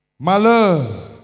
Malheur